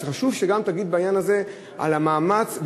אז חשוב שגם תגיד בעניין הזה שיש מאמץ,